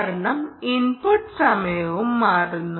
കാരണം ഇൻപുട്ട് സമയവും മാറുന്നു